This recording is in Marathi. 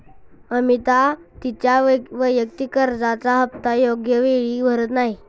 अमिता तिच्या वैयक्तिक कर्जाचा हप्ता योग्य वेळी भरत नाही